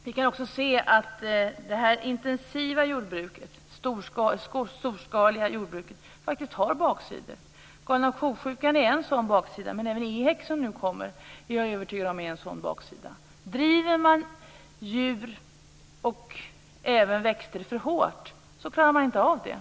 Vi kan också se att det intensiva jordbruket, det storskaliga jordbruket, har baksidor. Galna ko-sjukan är en sådan baksida, men även EHEC, som nu kommer, kan vara en annan sådan baksida. Om man driver djur och även växter för hårt klarar man inte av det.